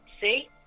See